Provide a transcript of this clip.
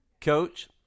Coach